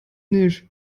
nicht